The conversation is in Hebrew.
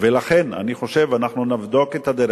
ולכן, אני חושב, אנחנו נבדוק את הדרך.